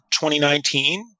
2019